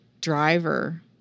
driver